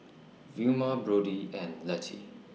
Vilma Brody and Letty